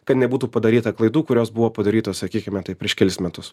kad nebūtų padaryta klaidų kurios buvo padarytos sakykime taip prieš kelis metus